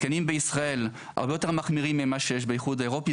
התקנים בישראל הרבה יותר מחמירים ממה שיש באיחוד האירופי,